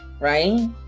right